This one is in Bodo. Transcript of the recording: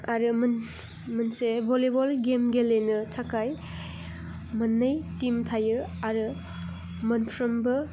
आरो मोनसे भलिबल गेम गेलेनो थाखाय मोननै टिम थायो आरो मोनफ्रोमबो